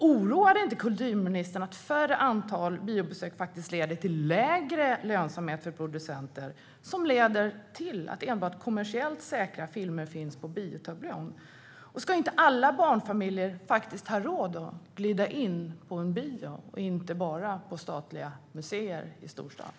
Oroar det inte kulturministern att färre antal biobesök leder till lägre lönsamhet för producenter, vilket leder till att enbart kommersiellt säkra filmer finns på biotablån? Ska inte alla barnfamiljer ha råd att glida in på en bio och inte bara på statliga museer i storstaden?